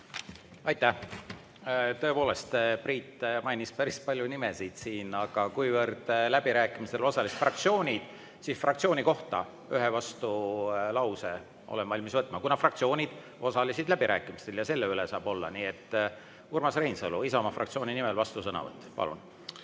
Aitäh! Tõepoolest, Priit mainis päris palju nimesid siin, aga kuivõrd läbirääkimistel osalesid fraktsioonid, siis fraktsiooni kohta ühe vastulause olen valmis võtma, kuna fraktsioonid osalesid läbirääkimistel ja selle kohta saab olla. Nii et Urmas Reinsalu Isamaa fraktsiooni nimel, vastusõnavõtt, palun!